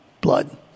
blood